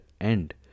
end